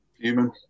Human